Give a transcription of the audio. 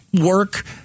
work